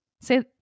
say